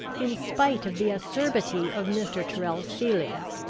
in spite of the acerbity of mr. tyrrel's feelings,